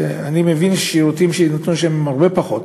ואני מבין שהשירותים שיינתנו שם הם הרבה פחות